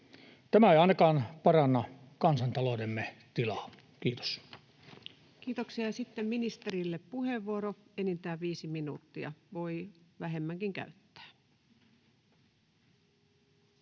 Tämä ei ainakaan paranna kansantaloutemme tilaa. — Kiitos. Kiitoksia. — Sitten ministerille puheenvuoro. Enintään viisi minuuttia, voi vähemmänkin käyttää.